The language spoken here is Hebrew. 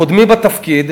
קודמי בתפקיד,